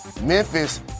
Memphis